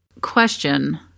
question